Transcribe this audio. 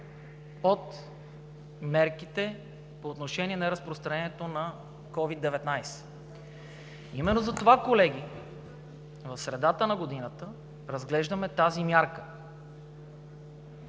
от мерките по отношение на разпространението на COVID-19. Именно затова, колеги, в средата на годината разглеждаме тази мярка